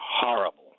horrible